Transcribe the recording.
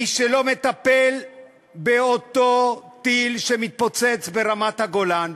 מי שלא מטפל באותו טיל שמתפוצץ ברמת-הגולן,